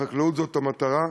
החקלאות זאת המטרה,